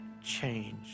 change